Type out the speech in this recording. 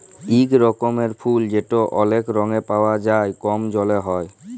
ইক রকমের ফুল যেট অলেক রঙে পাউয়া যায় কম জলে হ্যয়